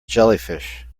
jellyfish